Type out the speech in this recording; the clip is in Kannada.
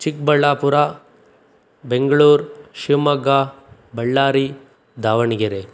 ಚಿಕ್ಕಬಳ್ಳಾಪುರ ಬೆಂಗಳೂರು ಶಿವಮೊಗ್ಗ ಬಳ್ಳಾರಿ ದಾವಣಗೆರೆ